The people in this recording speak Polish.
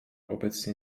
obecnie